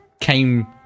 came